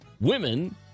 women